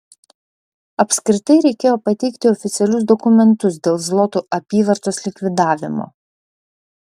apskritai reikėjo pateikti oficialius dokumentus dėl zlotų apyvartos likvidavimo